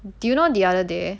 do you know the other day